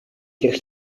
тех